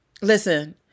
listen